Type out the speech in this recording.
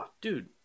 Dude